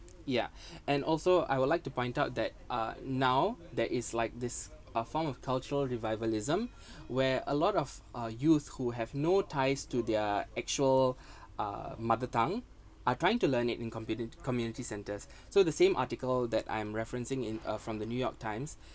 yeah and also I would like to point out that uh now that is like this uh form of cultural revivalism where a lot of uh youth who have no ties to their actual uh mother tongue are trying to learn it in communi~ community centers so the same article that I am referencing in uh from the new york times